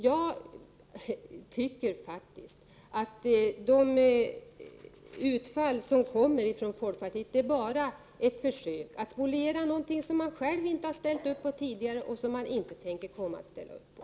Jag tycker faktiskt att de utfall som görs av folkpartiet endast är försök att spoliera någonting som partiet självt inte har ställt upp på tidigare och som man inte tänker ställa upp på.